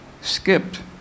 skipped